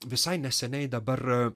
visai neseniai dabar